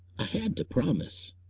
i had to promise.